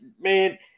man